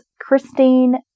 Christine